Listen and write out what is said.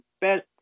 best